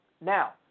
Now